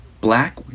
Black